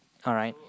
alright